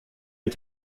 mit